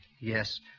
yes